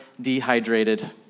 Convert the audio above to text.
dehydrated